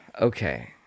Okay